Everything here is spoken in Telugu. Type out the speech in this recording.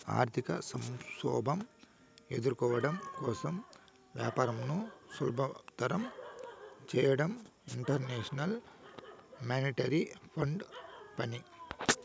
ఆర్థిక సంక్షోభం ఎదుర్కోవడం కోసం వ్యాపారంను సులభతరం చేయడం ఇంటర్నేషనల్ మానిటరీ ఫండ్ పని